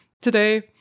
today